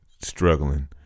struggling